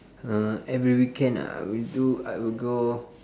uh every weekend I will do I will go